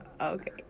Okay